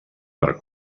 per